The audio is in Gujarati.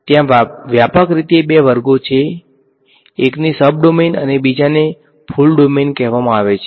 ત્યાં વ્યાપક રીતે બે વર્ગો છે એકને સબ ડોમેન અને બીજાને ફુલ ડોમેન કહેવામાં આવે છે